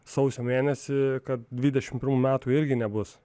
sausio mėnesį kad dvidešim metų irgi nebus